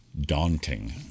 daunting